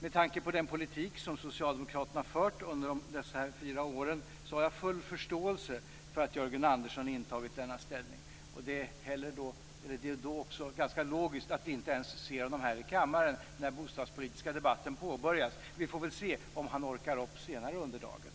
Med tanke på den politik som socialdemokraterna fört under de här fyra åren har jag full förståelse för att Jörgen Andersson intagit denna ställning. Det är då också ganska logiskt att vi inte ens ser honom här i kammaren när den bostadspolitiska debatten påbörjas. Vi får väl se om han orkar upp senare under dagen.